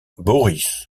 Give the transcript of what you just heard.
boris